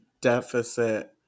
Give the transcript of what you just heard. deficit